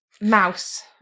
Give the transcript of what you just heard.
mouse